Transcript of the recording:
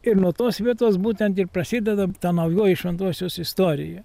ir nuo tos vietos būtent ir prasideda ta naujoji šventosios istorija